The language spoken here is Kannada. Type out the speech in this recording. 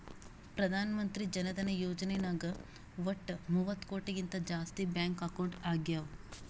ಪ್ರಧಾನ್ ಮಂತ್ರಿ ಜನ ಧನ ಯೋಜನೆ ನಾಗ್ ವಟ್ ಮೂವತ್ತ ಕೋಟಿಗಿಂತ ಜಾಸ್ತಿ ಬ್ಯಾಂಕ್ ಅಕೌಂಟ್ ಆಗ್ಯಾವ